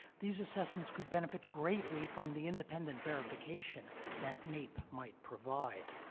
these assessments could benefit greatly from the independent verification that naep might provide.